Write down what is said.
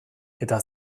eta